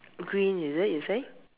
green is it you say